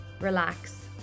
relax